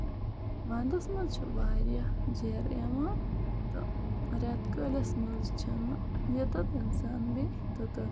وَندَس منٛز چھُ واریاہ جیرٕ یِوان تہٕ رٮ۪تہٕ کٲلِس منٛز چھِنہٕ یوتَتھ اِنسان بیہہِ توتَتھ